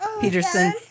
Peterson